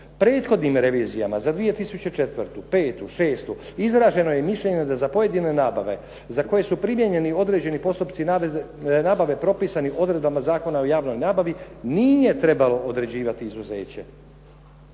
"Prethodnim revizijama za 2004., 2005., 2006. izraženo je mišljenje da za pojedine nabave za koje su primijenjeni određeni postupci nabave propisani odredbama Zakona o javnoj nabavi nije trebalo određivati izuzeće.",